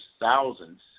thousands